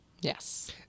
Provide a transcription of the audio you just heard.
yes